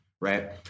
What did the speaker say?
Right